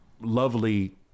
lovely